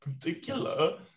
particular